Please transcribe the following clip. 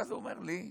ואז הוא אומר לי: